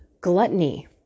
gluttony